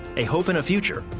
a hope and a future,